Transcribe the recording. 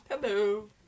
Hello